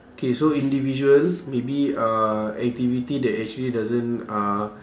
K so individual maybe uh activity that actually doesn't uh